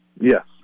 Yes